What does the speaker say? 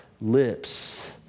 lips